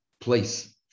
place